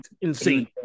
insane